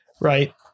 right